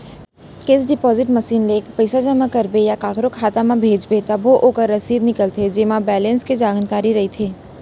cash deposit machine ले पइसा जमा करबे या कोकरो खाता म भेजबे तभो ओकर रसीद निकलथे जेमा बेलेंस के जानकारी रइथे